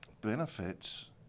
benefits